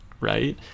right